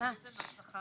ניכוי